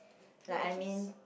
like it just